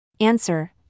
Answer